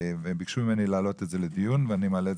ביקשו ממני להעלות את זה לדיון ואני מעלה את